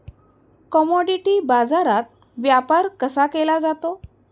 Commodity बाजारात व्यापार कसा केला जातो?